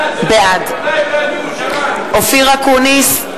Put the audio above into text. בעד אופיר אקוניס,